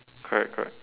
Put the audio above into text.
correct correct